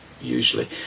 usually